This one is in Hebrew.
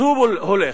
וכאשר האזרח